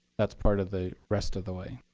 that's part of the rest of the way,